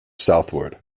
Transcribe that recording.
southward